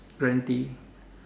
guaranteed